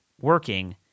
working